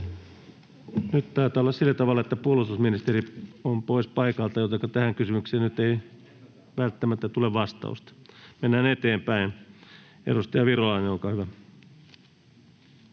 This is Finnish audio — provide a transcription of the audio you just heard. Nyt taitaa olla sillä tavalla, että puolustusministeri on pois paikalta, jotenka tähän kysymykseen nyt ei välttämättä tule vastausta. — Mennään eteenpäin. — Edustaja Virolainen, olkaa hyvä.